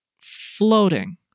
floating